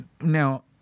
now